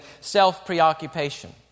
self-preoccupation